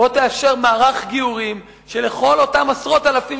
בוא תאפשר מערך גיורים שכל אותם עשרות אלפים